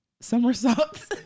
Somersaults